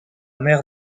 mer